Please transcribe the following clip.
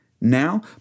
now